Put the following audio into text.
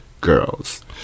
Girls